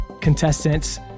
contestants